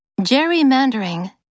Gerrymandering